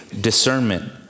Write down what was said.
Discernment